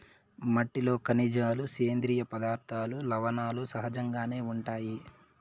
మట్టిలో ఖనిజాలు, సేంద్రీయ పదార్థాలు, లవణాలు సహజంగానే ఉంటాయి